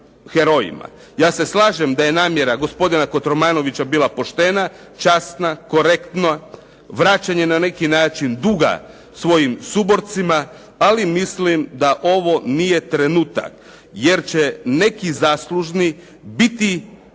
Ja shvaćam da je namjera gospodina Kotromanovića bila poštena, časna, korektna, vraćanje na neki način duga svojim suborcima, ali mislim da ovo nije trenutak. Jer će neki zaslužni biti